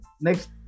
Next